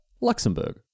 Luxembourg